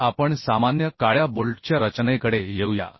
पुढे आपण सामान्य काळ्या बोल्टच्या रचनेकडे येऊया